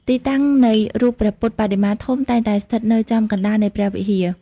ទីតាំង នៃរូបព្រះពុទ្ធបដិមាធំតែងតែស្ថិតនៅចំកណ្តាលនៃព្រះវិហារ។